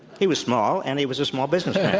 he was small and he was a small businessman.